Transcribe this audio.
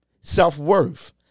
Self-worth